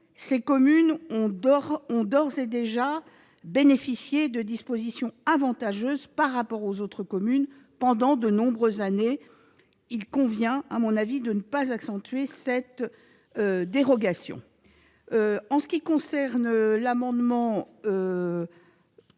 Ces communes ont d'ores et déjà bénéficié de dispositions avantageuses par rapport aux autres communes, pendant de nombreuses années. Il convient de ne pas accentuer cette dérogation. Je demande donc le retrait